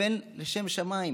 תכוון לשם שמיים.